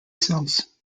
cells